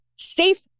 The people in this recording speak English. safe